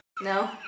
No